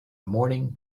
morning